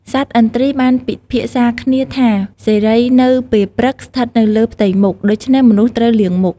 សត្វឥន្ទ្រីបានពិភាក្សាគ្នាថា សិរីនៅពេលព្រឹកស្ថិតនៅលើផ្ទៃមុខ ដូច្នេះមនុស្សត្រូវលាងមុខ។